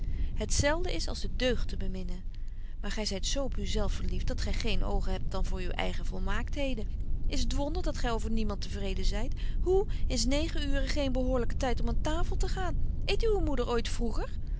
zelfde is als de deugd te beminnen maar gy zyt zo op u zelf verlieft dat gy geen oogen hebt dan voor uwe eigene volmaaktheden is t wonder dat gy over niemand te vreden zyt hoe is negen uuren geen behoorlyke tyd om aan tafel te gaan eet uwe moeder ooit vroeger